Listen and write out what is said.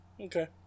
Okay